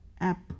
app